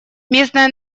местное